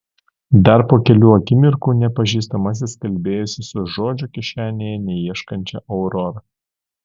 dar po kelių akimirkų nepažįstamasis kalbėjosi su žodžio kišenėje neieškančia aurora